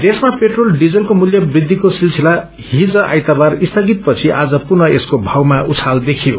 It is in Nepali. देशमा पेट्रोल डीजलको मूल्य वृद्धिको सिलसिला हिज आइतबार स्थगित पछि आज पुनः यसको भावमा उछाल देखियो